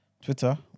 Twitter